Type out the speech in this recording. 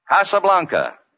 Casablanca